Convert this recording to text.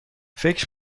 فکر